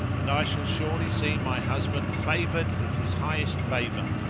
and i shall surely see my husband favoured with his highest favour.